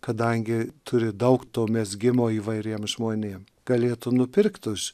kadangi turi daug to mezgimo įvairiem žmonėm galėtų nupirkt už